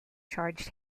charged